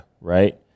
Right